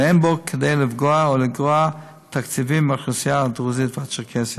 ואין בה כדי לפגוע או לגרוע תקציבים מהאוכלוסייה הדרוזית והצ'רקסית.